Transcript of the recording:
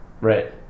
Right